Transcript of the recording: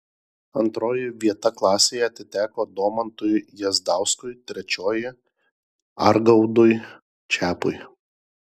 antroji vieta klasėje atiteko domantui jazdauskui trečioji argaudui čepui